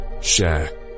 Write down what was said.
share